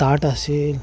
ताट असेल